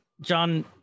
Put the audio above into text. John